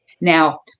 Now